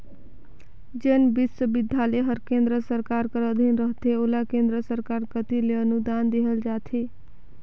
जेन बिस्वबिद्यालय हर केन्द्र सरकार कर अधीन रहथे ओला केन्द्र सरकार कती ले अनुदान देहल जाथे